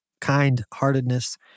kind-heartedness